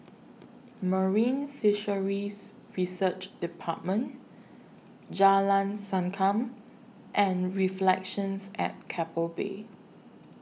Marine Fisheries Research department Jalan Sankam and Reflections At Keppel Bay